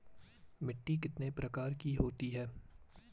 मिट्टी कितने प्रकार की होती है?